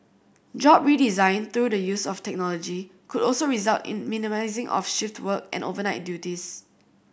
job redesign through the use of technology could also result in minimising of shift work and overnight duties